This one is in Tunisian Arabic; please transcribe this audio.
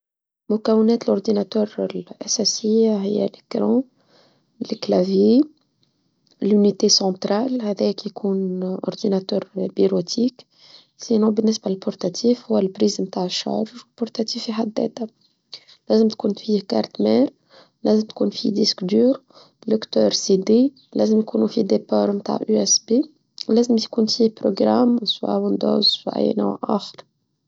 مكونات الاردناتور الأساسية هي الأكران، الكلافية، الونيتي سونترال ، وهذاك يكون الاردناتور البروتيك. سينوى بالنسبة للبورتاتيف هو البريزمتة الشارج والبورتاتيف يحددها. لازم يكون فيه كارت مير، لازم يكون فيه ديسك دور، لكتور سي دي، لازم يكون فيه ديبارم تاع يو إيس بي ، و لازم يكون فيه بروجرام ، سواء وندوس أو أي نوع آخر.